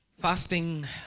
Fasting